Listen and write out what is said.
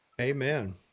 Amen